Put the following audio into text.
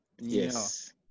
yes